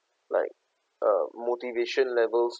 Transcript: like uh motivation levels